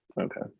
Okay